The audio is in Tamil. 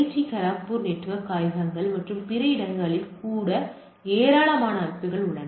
டி காரக்பூர் நெட்வொர்க் ஆய்வகங்கள் மற்றும் பிற இடங்களில் கூட ஏராளமான அமைப்புகள் உள்ளன